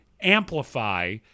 amplify